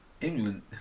England